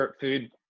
food